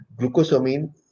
glucosamine